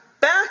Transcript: back